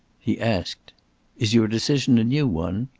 he asked is your decision a new one?